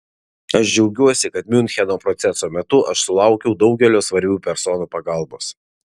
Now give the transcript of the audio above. aš džiaugiuosi kad miuncheno proceso metu aš sulaukiau daugelio svarbių personų pagalbos